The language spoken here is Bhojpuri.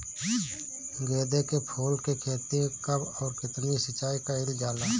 गेदे के फूल के खेती मे कब अउर कितनी सिचाई कइल जाला?